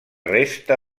resta